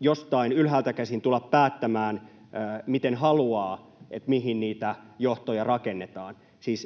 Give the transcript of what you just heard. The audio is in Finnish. jostain ylhäältä käsin tulla päättämään, mihin haluaa niitä johtoja rakennettavan.